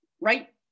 right